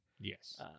Yes